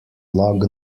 log